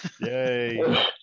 Yay